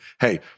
Hey